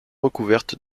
recouvertes